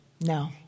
No